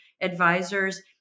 advisors